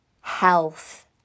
health